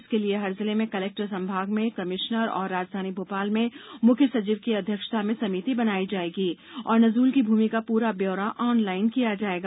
इसके लिए हर जिले में कलेक्टर संभाग में कमिश्नर और राजधानी भोपाल में मुख्य सचिव की अध्यक्षता में समिति बनाई जाएंगी और नजूल की भूमि का पूरा व्योरा ऑनलाइन किया जाएगा